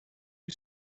you